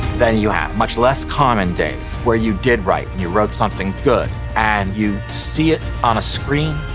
then you have much less common days where you did write and you wrote something good. and you see it on a screen,